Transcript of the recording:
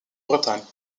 bretagne